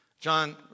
John